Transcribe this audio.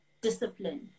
discipline